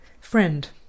Friend